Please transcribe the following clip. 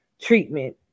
treatment